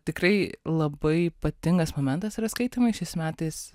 tikrai labai ypatingas momentas yra skaitymai šiais metais